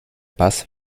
paz